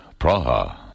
Praha